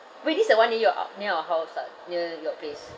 wait this the one near your hou~ near our house ah near your place